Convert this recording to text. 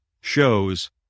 shows